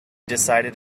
decided